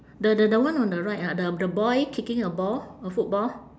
the the the one on the right ah the the boy kicking a ball a football